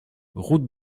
route